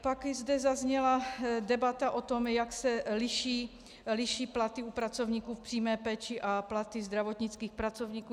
Pak zde zazněla debata o tom, jak se liší platy u pracovníků v přímé péči a platy zdravotnických pracovníků.